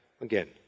Again